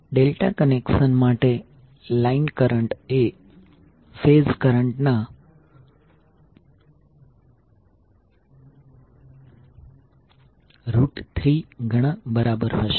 delta connection માટે line current એ phase current ના 3ગણા બરાબર હશે